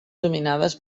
dominades